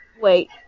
wait